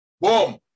boom